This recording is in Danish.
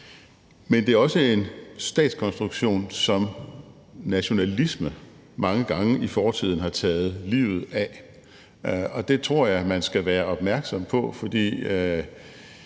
men det er også en statskonstruktion, som nationalismen mange gange i fortiden har taget livet af. Det tror jeg man skal være opmærksom på, for